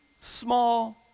small